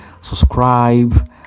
subscribe